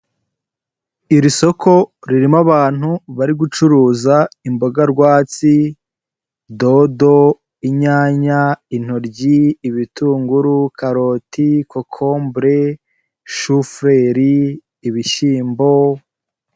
Iri soko ririmo abantu bari gucuruza imboga rwatsi dodo, inyanya, intoryi, ibitunguru, karoti, kokombure, shufureri, ibishyimbo.